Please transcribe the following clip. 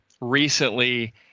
recently